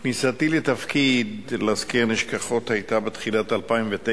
כניסתי לתפקיד, להזכיר נשכחות, היתה בתחילת 2009,